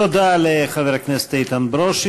תודה לחבר הכנסת איתן ברושי.